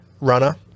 runner